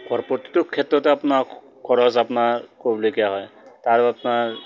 খৰ প্ৰতিটো ক্ষেত্ৰতে আপোনাৰ খৰচ আপোনাৰ কৰিবলগীয়া হয় আৰু আপোনাৰ